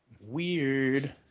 Weird